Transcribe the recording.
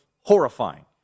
horrifying